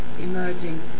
emerging